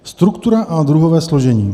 Struktura a druhové složení.